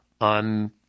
on